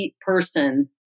person